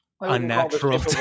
unnatural